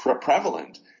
prevalent